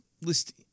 list